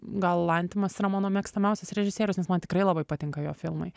gal lantimas yra mano mėgstamiausias režisierius nes man tikrai labai patinka jo filmai